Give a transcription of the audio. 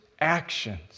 actions